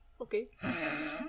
okay